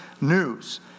news